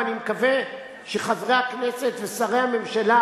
ואני מקווה שחברי הכנסת ושרי הממשלה